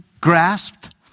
grasped